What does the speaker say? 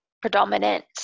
predominant